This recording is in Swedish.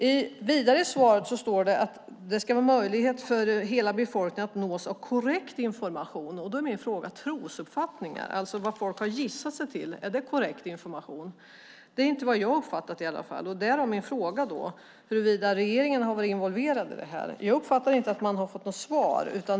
I svaret på interpellationen sägs att det ska vara möjligt för hela befolkningen att nås av korrekt information. Min fråga är därför om trosuppfattning, alltså vad folk har gissat sig till, är korrekt information. Det anser i alla fall inte jag, och jag vill således fråga huruvida regeringen varit involverad i detta. Jag uppfattar inte att jag fått något svar.